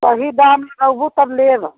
कभी दाम करबू तब लेबा